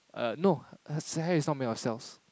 err no hair is not made of cells